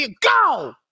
Go